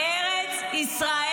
איך לטפל?